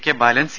K Balan C